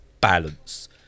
balance